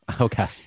Okay